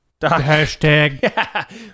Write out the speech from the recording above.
hashtag